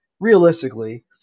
Realistically